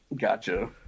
Gotcha